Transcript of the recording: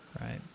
Right